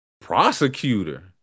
Prosecutor